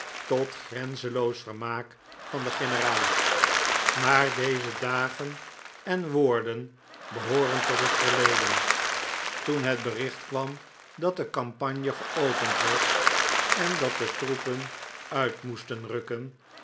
tot grenzenloos vermaak van den generaal maar deze dagen en woorden behooren tot het verleden toen het bericht kwam dat de campagne geopend was en dat de troepen uit moesten rukken